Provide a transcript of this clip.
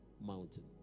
mountain